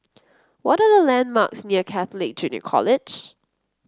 what are the landmarks near Catholic Junior College